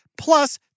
plus